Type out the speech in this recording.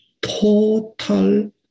total